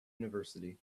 university